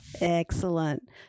Excellent